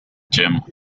jim